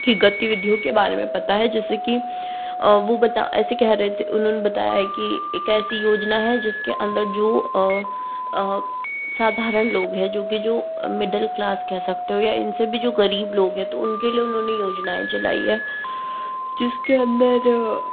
की गतिविधियों के बारे में पता है जैसे कि वो बता ऐसे कह रहे थे उन्होंने बताया है कि एक ऐसी योजना है जिसके अंदर जो साधारण लोग हैं जोकि जो मिडिल क्लास कह सकते हो या इनसे भी जो गरीब लोग हैं तो उनके लिए उन्होंने योजनाएं चलाई हैं जिसके अंदर